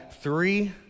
three